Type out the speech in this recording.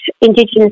indigenous